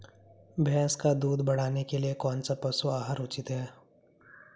भैंस का दूध बढ़ाने के लिए कौनसा पशु आहार उचित है?